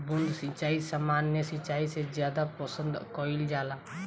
बूंद सिंचाई सामान्य सिंचाई से ज्यादा पसंद कईल जाला